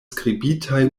skribitaj